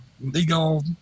legal